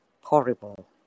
horrible